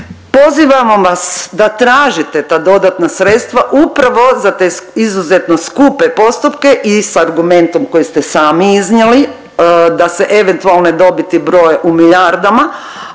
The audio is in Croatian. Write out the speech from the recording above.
Pozivamo vas da tražite ta dodatna sredstva upravo za te izuzetno skupe postupke i sa argumentom koji ste sami iznijeli, da se eventualne dobiti broje u milijardama,